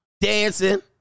dancing